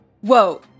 whoa